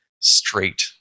straight